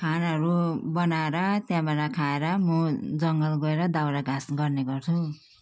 खानाहरू बनाएर त्यहाँबाट खाएर म जङ्गल गएर दाउराघाँस गर्ने गर्छु